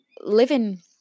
living